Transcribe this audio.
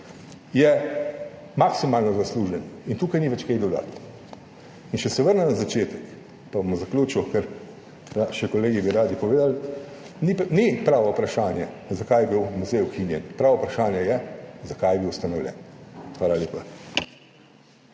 je maksimalno zaslužen. Tukaj ni več kaj dodati. Če se vrnem na začetek, pa bom zaključil, ker bi še kolegi radi povedali, ni pravo vprašanje, zakaj je bil muzej ukinjen, pravo vprašanje je, zakaj je bil ustanovljen. Hvala lepa.